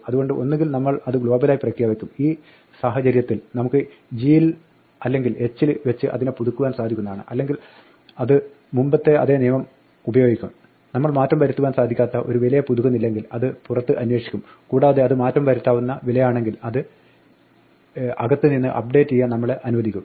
അതുകൊണ്ട് ഒന്നുകിൽ നമ്മൾ അത് ഗ്ലോബലായി പ്രഖ്യാപിക്കും ഈ സാഹചര്യത്തിൽ നമുക്ക് g യിൽ അല്ലെങ്കിൽ h ൽ വെച്ച് അതിനെ പുതുക്കുവാൻ സാധിക്കുന്നതാണ് അല്ലെങ്കിൽ അത് മുമ്പത്തെ അതേ നിയമം ഉപയോഗിക്കും നമ്മൾ മാറ്റം വരുത്തുവാൻ സാധിക്കാത്ത ഒരു വിലയെ പുതുക്കുന്നില്ലെങ്കിൽ അത് പുറത്ത് അന്വേഷിക്കും കൂടാതെ അത് മാറ്റം വരുത്താവുന്ന വിലയാണെങ്കിൽ അത് അകത്ത് നിന്ന് അപ്ഡേറ്റ് ചെയ്യാൻ നമ്മളെ അനുവദിക്കും